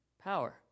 power